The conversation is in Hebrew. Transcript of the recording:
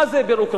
מה זה ביורוקרטיה.